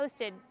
hosted